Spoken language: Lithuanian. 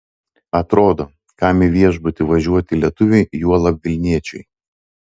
atrodo kam į viešbutį važiuoti lietuviui juolab vilniečiui